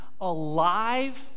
alive